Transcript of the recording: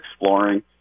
exploring